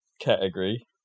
category